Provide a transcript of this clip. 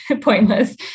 pointless